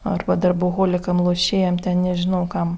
arba darboholikam lošėjam ten nežinau kam